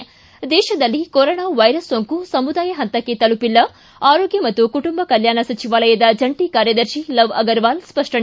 ಿ ದೇಶದಲ್ಲಿ corona virus ಸೋಂಕು ಸಮುದಾಯ ಪಂತಕ್ಕೆ ತಲುಪಿಲ್ಲ ಆರೋಗ್ಯ ಮತ್ತು ಕುಟುಂಬ ಕಲ್ಕಾಣ ಸಚಿವಾಲಯದ ಜಂಟಿ ಕಾರ್ಯದರ್ಶಿ ಲವ್ ಅಗರ್ವಾಲ್ ಸ್ಪಷ್ಟನೆ